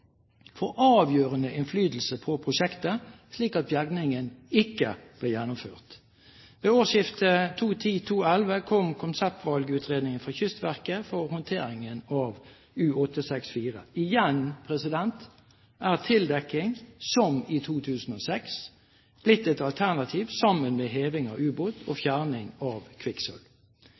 få avgjørende innflytelse på prosjektet, slik at bergingen ikke ble gjennomført. Ved årsskiftet 2010/2011 kom konseptvalgutredningen fra Kystverket for håndteringen av U-864. Igjen er tildekking blitt et alternativ – som i 2006 – sammen med heving av ubåt og fjerning av kvikksølv.